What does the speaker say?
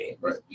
right